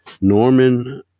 Norman